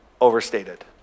overstated